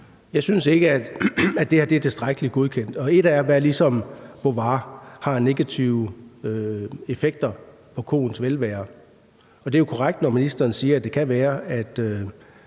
Jeg synes ikke, at det her er tilstrækkeligt godkendt. Ét er, hvad Bovaer ligesom har af negative effekter på koens velvære; det er jo korrekt, når ministeren siger, at det kan være,